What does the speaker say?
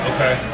Okay